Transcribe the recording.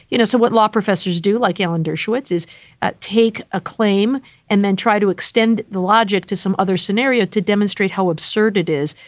you know. so what law professors do like alan dershowitz, is ah take a claim and then try to extend the logic to some other scenario to demonstrate how absurd it is.